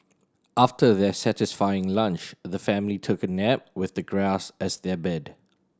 after their satisfying lunch the family took a nap with the grass as their bed